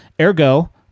ergo